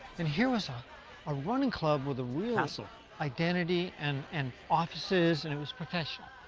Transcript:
and here was ah a running club with a real ah so identity and and offices, and it was professional.